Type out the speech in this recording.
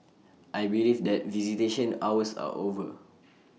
I believe that visitation hours are over